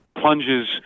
plunges